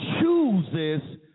chooses